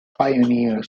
pioneer